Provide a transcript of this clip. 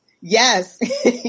yes